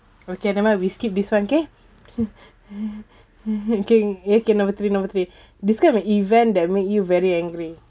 okay never mind we skip this [one] okay okay number three number three describe an event that make you very angry